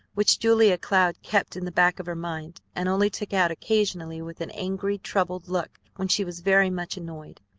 which julia cloud kept in the back of her mind and only took out occasionally with an angry, troubled look when she was very much annoyed.